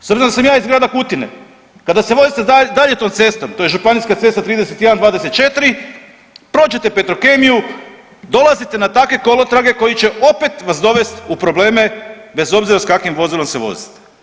S obzirom da sam ja iz grada Kutine, kada se vozite dalje tom cestom, to je županijska cesta 31, 24 prođete Petrokemiju dolazite na takve kolotrake koji će opet vas dovest u probleme bez obzira sa kakvim vozilom se vozite.